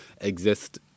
exist